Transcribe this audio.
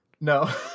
No